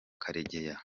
karegeya